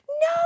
No